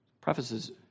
Prefaces